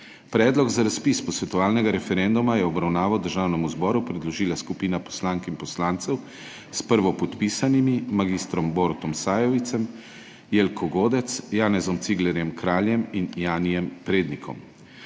Predlog za razpis posvetovalnega referenduma je v obravnavo Državnemu zboru predložila skupina poslank in poslancev s prvopodpisanimi mag. Borutom Sajovicem, Jelko Godec, Janezom Ciglerjem Kraljem in Janijem Prednikom.